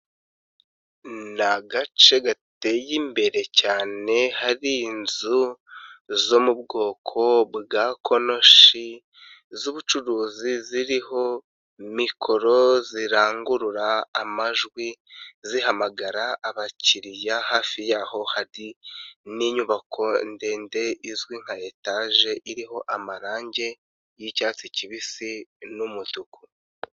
Ni agace gateye imbere cyane hari inzu zo mu bwoko bwa konoshi z'ubucuruzi ziriho mikoro zirangurura amajwi zihamagara abakiriya, hafi yaho hari n'inyubako ndende izwi nka etaje iriho amarange y'icyatsi kibisi n'umutuku.